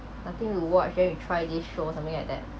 nothing to watch then we try this show something like that